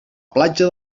platja